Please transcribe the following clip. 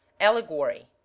allegory